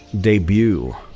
debut